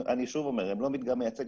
מדגם מייצג.